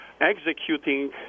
executing